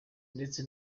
ndetse